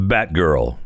Batgirl